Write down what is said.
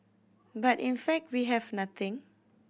but in fact we have nothing